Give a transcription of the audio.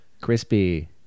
Crispy